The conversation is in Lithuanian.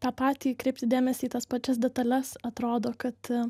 tą patį kreipti dėmesį į tas pačias detales atrodo kad